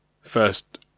first